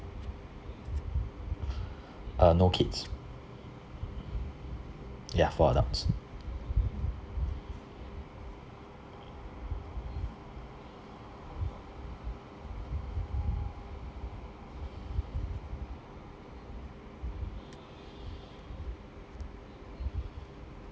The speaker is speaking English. uh no kids ya four adults